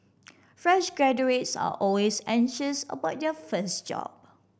fresh graduates are always anxious about their first job